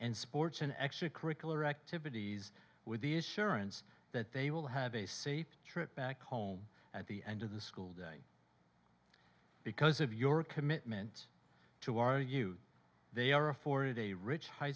in sports in extracurricular activities with the assurance that they will have a seat trip back home at the end of the school day because of your commitment to argue they are afforded a rich high